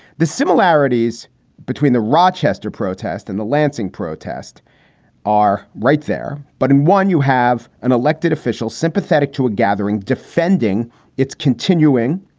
the similarities between the rochester protest and the lansing protest are right there. but in one, you have an elected official sympathetic to a gathering defending its continuing.